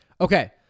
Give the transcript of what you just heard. okay